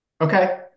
Okay